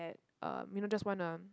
um you know just wanna